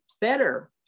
better